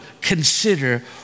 consider